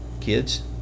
kids